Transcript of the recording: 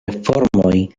reformoj